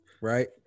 Right